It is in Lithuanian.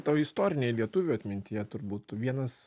toj istorinėj lietuvių atmintyje turbūt vienas